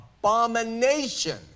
abomination